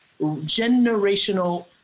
generational